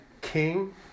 king